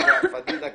לאה פדידה,